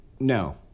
No